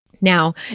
Now